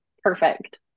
Perfect